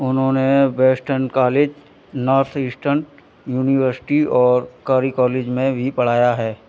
उन्होंने western college north eastern university और Curry college में भी पढ़ाया है